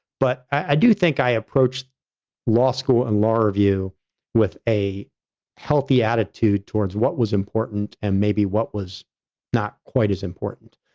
but i do think i approached law school and law review with a healthy attitude towards what was important and maybe what was not quite as important.